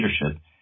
leadership